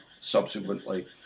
subsequently